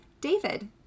David